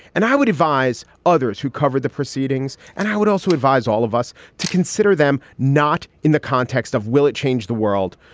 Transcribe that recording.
and i would advise others who covered the proceedings and i would also advise all of us to consider them not in the context of will it change the world,